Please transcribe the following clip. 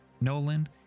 Nolan